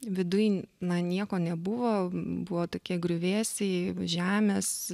viduj na nieko nebuvo buvo tokie griuvėsiai žemės